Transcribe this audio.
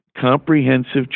comprehensive